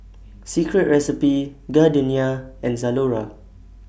Secret Recipe Gardenia and Zalora